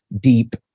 deep